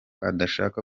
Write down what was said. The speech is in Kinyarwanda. adashaka